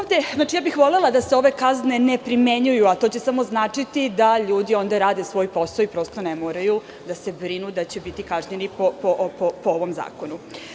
Volela bih da se ove kazne ne primenjuju, a to će samo značiti da ljudi onda rade svoj posao i prosto ne moraju da se brinu da će biti kažnjeni po ovom zakonu.